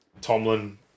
Tomlin